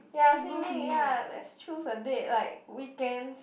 ya swimming ya let's choose a date like weekends